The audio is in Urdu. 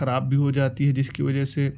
خراب بھی ہو جاتی ہے جس کی وجہ سے